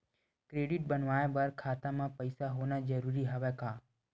Credit बनवाय बर खाता म पईसा होना जरूरी हवय का?